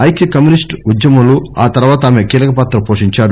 ఐక్య కమ్యూనిస్ట్ ఉద్యమంలో ఆ తర్వాత ఆమె కీలకపాత్ర పోషించారు